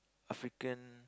African